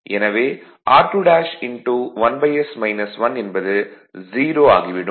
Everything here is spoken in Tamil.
எனவே r21s 1 என்பது 0 ஆகிவிடும்